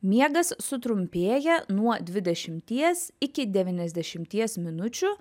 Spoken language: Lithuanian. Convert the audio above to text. miegas sutrumpėja nuo dvidešimties iki devyniasdešimties minučių